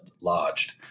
lodged